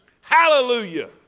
Hallelujah